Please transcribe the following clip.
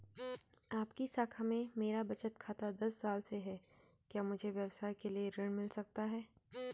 आपकी शाखा में मेरा बचत खाता दस साल से है क्या मुझे व्यवसाय के लिए ऋण मिल सकता है?